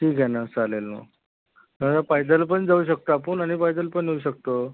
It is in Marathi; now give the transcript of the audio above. ठीक आहे ना चालेल मग पैदल पण जाऊ शकतो आपण आणि पैदल पण येऊ शकतो